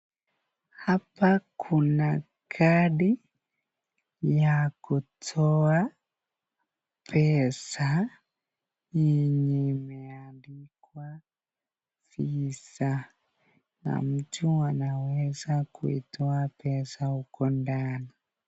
Hapa kuna kadi ya kutoa pesa yenye imeandikwa visa na mtu anaweza kuitoa pesa huko ndani.